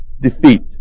defeat